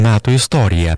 metų istoriją